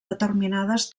determinades